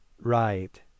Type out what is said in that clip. Right